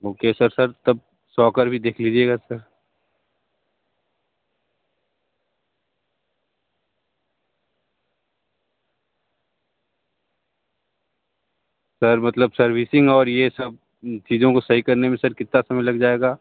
okay sir sir तब shock up भी देख लीजिएगा सर सर मतलब सर्विसिंग और ये सब चीजों को सही करने में सर कितना समय लग जाएगा